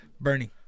Bernie